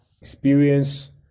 experience